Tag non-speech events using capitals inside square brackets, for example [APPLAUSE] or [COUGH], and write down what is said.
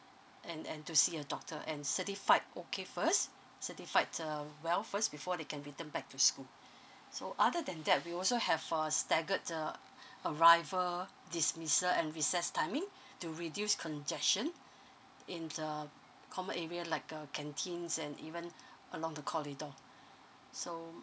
and and to see a doctor and certified okay first certified err well first before they can return back to school [BREATH] so other than that we also have a staggered uh [BREATH] arrival dismissal and recess timing to reduce congestion in uh common area like err canteens and even along the corridor so